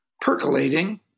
percolating